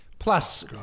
Plus